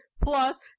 plus